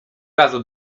razu